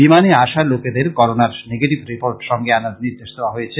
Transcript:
বিমানে আসা লোকেদের করোনার নিগেটিভ রিপোর্ট সঙ্গে আনার নির্দেশ দেওয়া হয়েছে